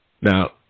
Now